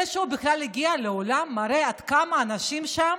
זה שהוא בכלל הגיע לעולם מראה עד כמה האנשים שם